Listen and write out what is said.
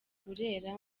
burera